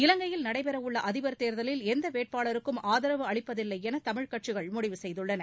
இலங்கையில் நடைபெற உள்ள அதிபர் தேர்தலில் எந்த வேட்பாளருக்கும் ஆதரவு அளிப்பதில்லை என தமிழ் கட்சிகள் முடிவு செய்துள்ளன